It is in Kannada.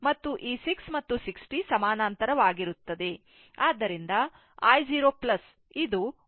ಆದ್ದರಿಂದ i 0 ಇದು ವಾಸ್ತವವಾಗಿ 6 60 ಆಗುತ್ತದೆ